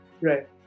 right